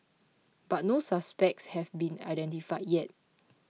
but no suspects have been identified yet